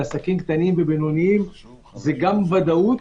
לעסקים קטנים ובינוניים הוא גם ודאות